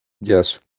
Yes